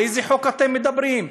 על איזה חוק אתם מדברים?